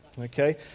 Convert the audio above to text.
Okay